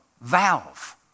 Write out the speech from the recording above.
valve